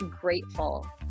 grateful